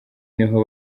niho